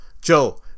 joe